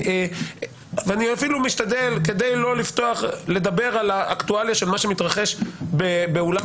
אני אפילו לא מדבר על האקטואליה של מה שמתרחש בעולם